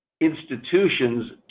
institutions